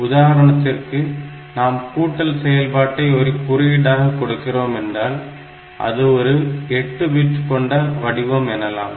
உதாரணத்திற்கு நாம் கூட்டல் செயல்பாட்டை ஒரு குறியீடாக கொடுக்கிறோம் என்றால் அது ஒரு 8 பிட்டுகள் கொண்ட வடிவமாகும்